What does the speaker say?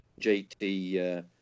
JT